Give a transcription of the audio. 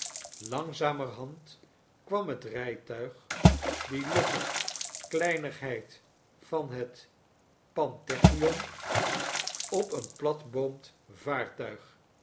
langzamerhand kwam het r'tuig die logge kleinigheid van het pantechnicon op een platboomd vaartuig